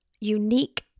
unique